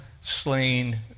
slain